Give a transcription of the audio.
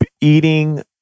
eating